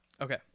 Okay